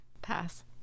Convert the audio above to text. Pass